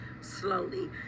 slowly